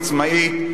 עצמאית,